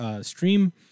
stream